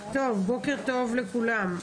בוקר טוב לכולם,